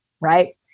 right